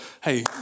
hey